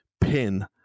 pin